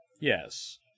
Yes